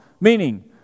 Meaning